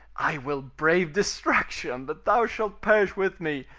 i will brave destruction, but thou shalt perish with me.